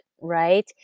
right